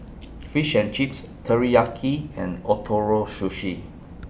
Fish and Chips Teriyaki and Ootoro Sushi